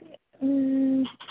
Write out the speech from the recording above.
మ్మ్